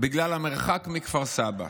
בגלל המרחק מכפר סבא.